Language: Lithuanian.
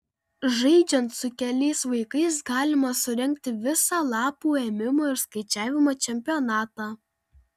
žaidžiant su keliais vaikais galima surengti visą lapų ėmimo ir skaičiavimo čempionatą